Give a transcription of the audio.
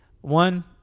one